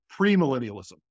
premillennialism